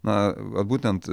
na būtent